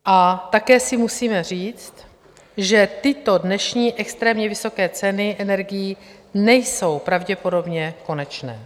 A také si musíme říct, že tyto dnešní extrémně vysoké ceny energií nejsou pravděpodobně konečné.